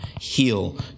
heal